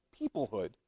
peoplehood